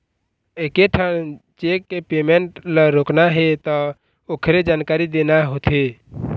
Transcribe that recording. एकेठन चेक के पेमेंट ल रोकना हे त ओखरे जानकारी देना होथे